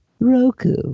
Roku